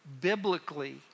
biblically